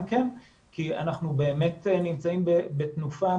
כי אנחנו באמת נמצאים בתנופה.